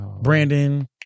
Brandon